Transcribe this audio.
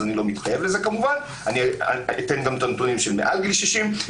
אני לא מתחייב לזה אבל אני אתן גם את הנתונים של מעל גיל 60 --- לא.